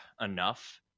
enough